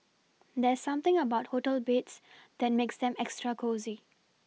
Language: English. there's something about hotel beds that makes them extra cosy